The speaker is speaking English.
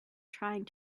trying